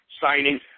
signing